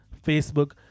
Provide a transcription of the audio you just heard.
Facebook